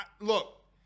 Look